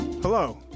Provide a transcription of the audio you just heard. Hello